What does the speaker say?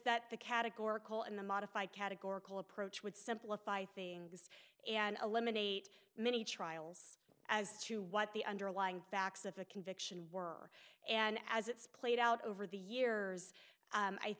that the categorical in the modified categorical approach would simplify things and eliminate many trials as to what the underlying facts of the conviction were and as it's played out over the years